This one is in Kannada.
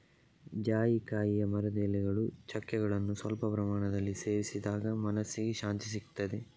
ಜಾಯಿಕಾಯಿಯ ಮರದ ಎಲೆಗಳು, ಚಕ್ಕೆಗಳನ್ನ ಸ್ವಲ್ಪ ಪ್ರಮಾಣದಲ್ಲಿ ಸೇವಿಸಿದಾಗ ಮನಸ್ಸಿಗೆ ಶಾಂತಿಸಿಗ್ತದೆ